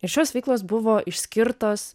ir šios veiklos buvo išskirtos